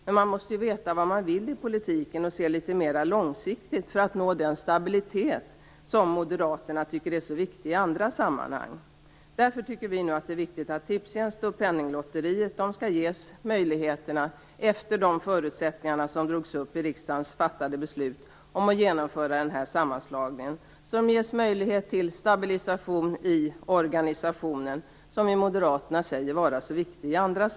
Men man måste ju veta vad man vill i politiken och se litet mer långsiktigt för att nå den stabilitet som moderaterna tycker är så viktig. Därför tycker vi att det är viktigt att Tipstjänst och Penninglotteriet ges möjligheten att genomföra den här sammanslagningen efter de förutsättningar som drogs upp i det beslut som riksdagen fattade. Då ges möjlighet till stabilisation i organisationen, som moderaterna i andra sammanhang säger är så viktig.